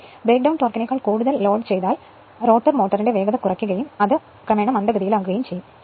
breakdown ടോർക്കിനേക്കാൾ കൂടുതൽ ലോഡു ചെയ്താൽ റോട്ടർ മോട്ടോറിന്റെ വേഗത കുറയുകയും അത് മന്ദ ഗതിയിൽ ആകുകയും ചെയ്യും